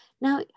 Now